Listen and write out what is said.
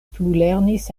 plulernis